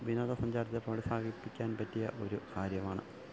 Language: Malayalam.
വിനോദസഞ്ചാരത്തെ പ്രോത്സാഹിപ്പിക്കാൻ പറ്റിയ ഒരു കാര്യമാണ്